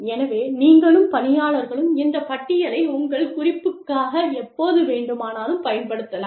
எனவே நீங்களும் பணியாளர்களும் இந்த பட்டியலை உங்கள் குறிப்புக்காக எப்போது வேண்டுமானாலும் பயன்படுத்தலாம்